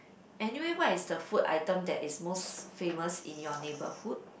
anyway why is the food item that is most famous in your neighborhood